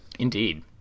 Indeed